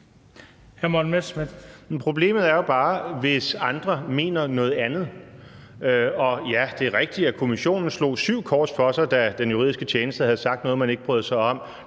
problemet er jo bare, hvis andre mener noget andet. Ja, det er rigtigt, at Kommissionen slog syv kors for sig, da den juridiske tjeneste havde sagt noget, som man ikke brød sig om.